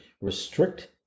restrict